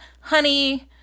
honey